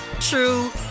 true